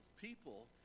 people